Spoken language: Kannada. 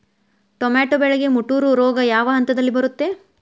ಟೊಮ್ಯಾಟೋ ಬೆಳೆಗೆ ಮುಟೂರು ರೋಗ ಯಾವ ಹಂತದಲ್ಲಿ ಬರುತ್ತೆ?